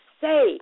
say